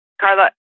Carla